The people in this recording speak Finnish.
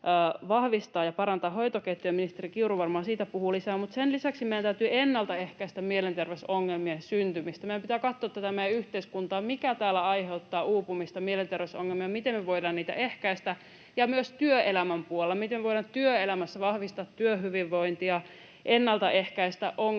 vahvistaa ja parantaa hoitoketjuja — ministeri Kiuru varmaan siitä puhuu lisää — mutta sen lisäksi meidän täytyy ennalta ehkäistä mielenterveysongelmien syntymistä. Meidän pitää katsoa tätä meidän yhteiskuntaa: mikä täällä aiheuttaa uupumista, mielenterveysongelmia, miten me voidaan niitä ehkäistä? Ja myös työelämän puolella: miten me voidaan työelämässä vahvistaa työhyvinvointia, ennaltaehkäistä ongelmia